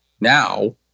now